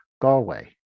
Galway